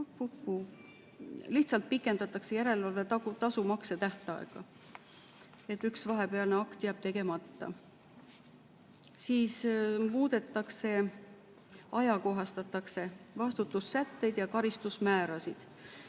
lihtsalt pikendatakse järelevalvetasu maksetähtaega. Nii et üks vahepealne akt jääb tegemata. Siis ajakohastatakse vastutussätteid ja karistusmäärasid.